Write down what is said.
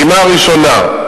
הפעימה הראשונה,